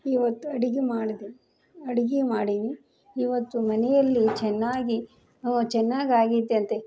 ಇವತ್ತು ಅಡಿಗೆ ಮಾಡಿದೆ ಅಡ್ಗೆ ಮಾಡೀನಿ ಇವತ್ತು ಮನೆಯಲ್ಲಿ ಚೆನ್ನಾಗಿ ಹೋ ಚೆನ್ನಾಗಿ ಆಗಿದೆಯಂತೆ